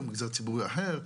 או מגזר ציבורי אחר,